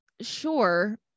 Sure